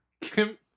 Kim